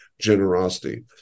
generosity